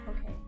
Okay